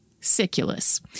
Siculus